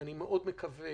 אני מאוד מקווה